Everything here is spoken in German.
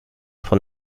von